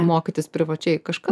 mokytis privačiai kažkas